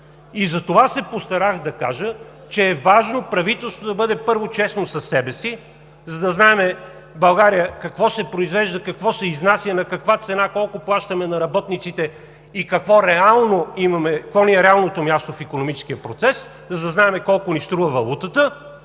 Затова се постарах да кажа, че е важно правителството да бъде първо честно със себе си, за да знаем в България какво се произвежда, какво се изнася, на каква цена, колко плащаме на работниците и какво ни е реалното място в икономическия процес, за да знаем колко ни струва валутата,